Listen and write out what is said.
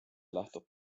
lähtub